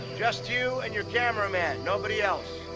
just you and your cameraman. nobody else.